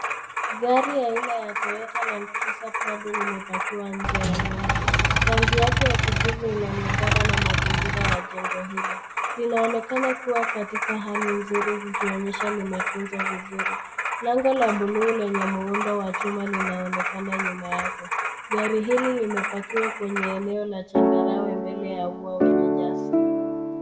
Gari aina ya Toyota landcruiser prado limepakiwa nje ya nyumba. Rangi yake ya kijivu inalingana na mazingira ya jengo hilo. Linaonekana kuwa katika hali nzuri likionyesha limetunzwa vizuri. Lango la buluu lenye muundo wa chuma linaonekana nyuma yake. Gari hili limepakiwa kwenye eneo la changarawe mbele ya ua wenye nyasi.